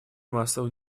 массового